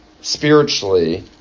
spiritually